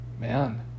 man